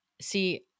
see